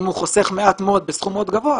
אם הוא חוסך מעט מאוד בסכום מאוד גבוה,